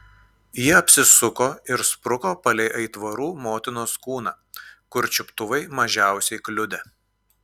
ji apsisuko ir spruko palei aitvarų motinos kūną kur čiuptuvai mažiausiai kliudė